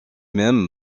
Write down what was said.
mêmes